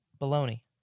Baloney